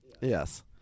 yes